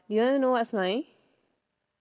you wanna know what's mine